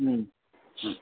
ம் ம்